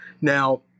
now